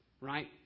Right